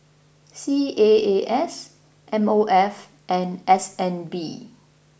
C A A S M O F and S N B